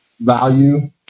value